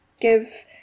give